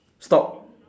stop